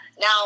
Now